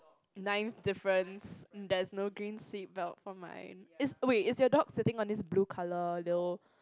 nine difference there's no green seat belt for mine is wait is your dog sitting on this blue colour though